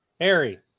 Harry